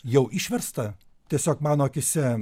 jau išverstą tiesiog mano akyse